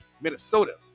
Minnesota